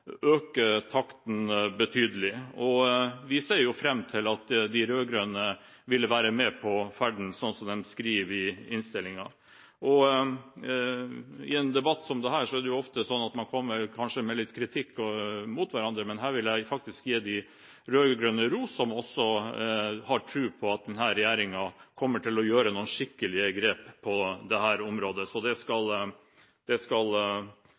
takten betydelig. Og vi ser fram til at de rød-grønne vil være med på ferden, slik de skriver i innstillingen. I en debatt som dette er det ofte slik at man kanskje kommer med litt kritikk av hverandre, men her vil jeg faktisk rose de rød-grønne, som også har tro på at denne regjeringen kommer til å gjøre noen skikkelige grep på dette området. Det skal de rød-grønne ha ros for. Det